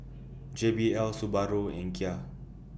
J B L Subaru and Ikea